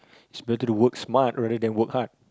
it's better to work smart rather than work hard